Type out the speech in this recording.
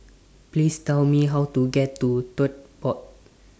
Please Tell Me How to get to Tote Board